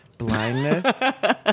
Blindness